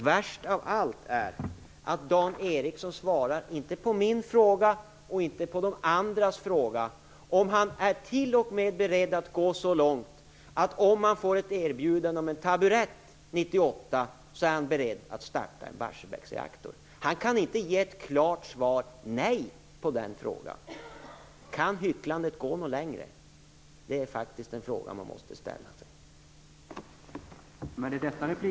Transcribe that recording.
Värst av allt är att Dan Ericsson inte svarar på min fråga, och inte heller på de andras frågor om han t.o.m. går så långt att han, om man får ett erbjudande om en taburett 1998, är beredd att starta en Barsebäcksreaktor. Han kan inte svara ett klart nej på den frågan. Kan hycklandet gå längre? Det är faktiskt en fråga man måste ställa sig.